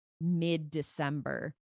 mid-December